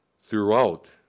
throughout